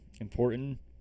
important